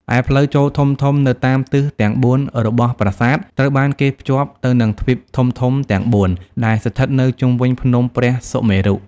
ឯ ផ្លូវចូលធំៗនៅតាមទិសទាំងបួនរបស់ប្រាសាទ ត្រូវបានគេភ្ជាប់ទៅនឹងទ្វីបធំៗទាំងបួន ដែលស្ថិតនៅជុំវិញភ្នំព្រះសុមេរុ។